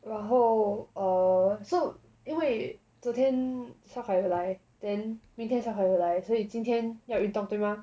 然后 err so 因为昨天会来 then 明天会来所以今天要运动对吗